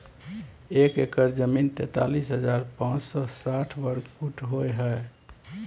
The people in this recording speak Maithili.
एक एकड़ जमीन तैंतालीस हजार पांच सौ साठ वर्ग फुट होय हय